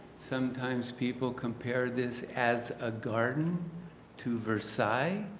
sometimes people compare this as a garden to verse i.